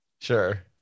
Sure